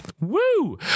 Woo